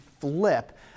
flip